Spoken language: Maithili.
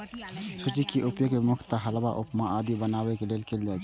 सूजी के उपयोग मुख्यतः हलवा, उपमा आदि बनाबै लेल कैल जाइ छै